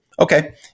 Okay